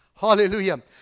Hallelujah